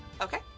Okay